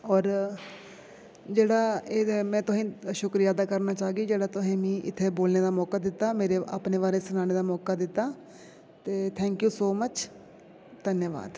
होर जेह्ड़ा एह्दा में तुसें ई शुक्रिया अदा करना चाह्गी जेह्ड़ा मीं तुसें इ'त्थें बोलने दा मौका दित्ता मेरे अपने बारे सनाने दा मौका दित्ता ते थैंक यू सो मच धन्यबाद